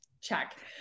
check